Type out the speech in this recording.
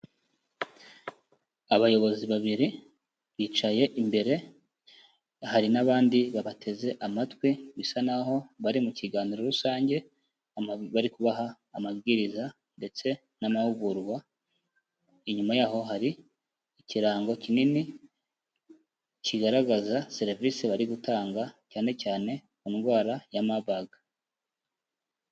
Abayobozi babiri bicaye imbere, hari n'abandi babateze amatwi, bisa naho bari mu kiganiro rusange, bari kubaha amabwiriza ndetse n'amahugurwa, inyuma yaho hari ikirango kinini, kigaragaza serivisi bari gutanga, cyane cyane ku ndwara ya mabaga.